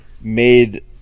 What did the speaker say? made